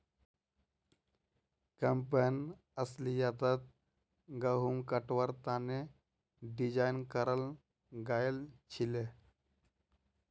campaign अस्लियतत गहुम कटवार तने डिज़ाइन कराल गएल छीले